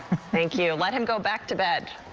thank you let him go back to bed.